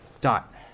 Dot